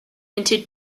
into